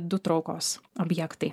du traukos objektai